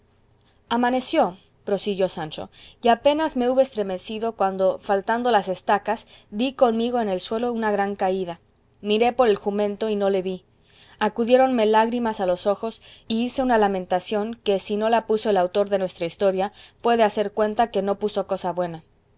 amaneció prosiguió sancho y apenas me hube estremecido cuando faltando las estacas di conmigo en el suelo una gran caída miré por el jumento y no le vi acudiéronme lágrimas a los ojos y hice una lamentación que si no la puso el autor de nuestra historia puede hacer cuenta que no puso cosa buena